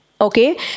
Okay